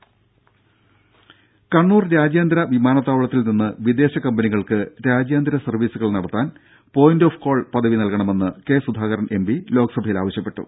ദേദ കണ്ണൂർ രാജ്യാന്തരവിമാനത്താവളത്തിൽ നിന്ന് വിദേശ കമ്പനികൾക്ക് രാജ്യാന്തര സർവീസുകൾ നടത്താൻ പോയിന്റ് ഓഫ് കോൾ പദവി നൽകണമെന്ന് കെ സുധാകരൻ എം പി ലോക്സഭയിൽ ആവശ്യപ്പെട്ടു